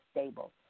stable